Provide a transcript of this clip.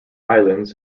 islands